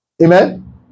Amen